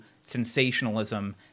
sensationalism